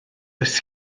oes